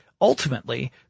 ultimately